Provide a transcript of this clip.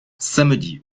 samedi